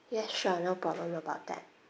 yeah sure no problem about that